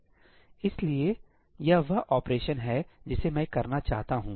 इसलिए यह वह ऑपरेशन है जिसे मैं करना चाहता हूं